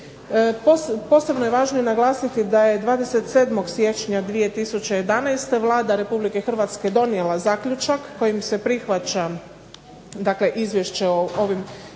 Posebno je važno naglasiti da je 27. siječnja 2011. Vlada Republike Hrvatske donijela zaključak kojim se prihvaća dakle izvješće o ovim